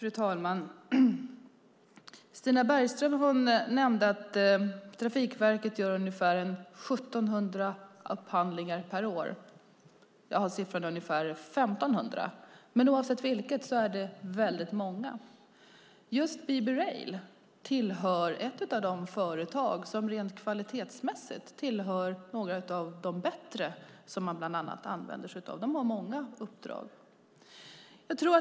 Fru talman! Stina Bergström nämnde att Trafikverket gör ungefär 1 700 upphandlingar per år. Jag har en siffra på ungefär 1 500, men oavsett vilket är det väldigt många. Just BB Rail tillhör de företag som rent kvalitetsmässigt är ett av de bättre bland dem man använder sig av. De har många uppdrag.